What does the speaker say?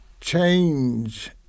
change